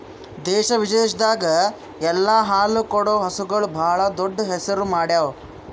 ದೇಶ ವಿದೇಶದಾಗ್ ಎಲ್ಲ ಹಾಲು ಕೊಡೋ ಹಸುಗೂಳ್ ಭಾಳ್ ದೊಡ್ಡ್ ಹೆಸರು ಮಾಡ್ಯಾವು